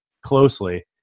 closely